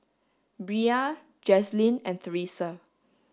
Bria Jazlynn and Theresa